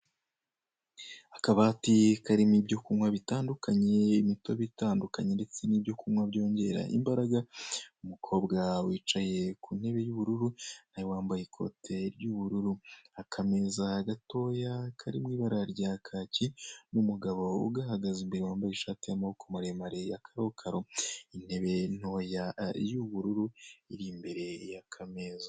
Akabati karimo ibyo kunywa bitandukanye imitobe itandukanye, ndetse n'ibyo kunywa byongera imbaraga, umukobwa wicaye ku ntebe y'ubururu nawe wambaye ikoti ry'ubururu. Akameza gatoya kari mu ibara rya kaki n'umugabo ugahagaze imbere wambaye ishati y'amabiko maremare ya karo karo, intebe ntoya y'ubururu iri imbere y'akameza.